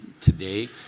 today